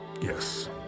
Yes